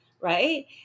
right